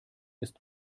ist